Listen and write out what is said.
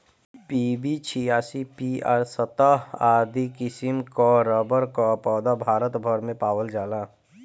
PB छियासी, P R सत्रह आदि किसिम कअ रबड़ कअ पौधा भारत भर में पावल जाला